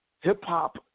Hip-hop